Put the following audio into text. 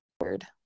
word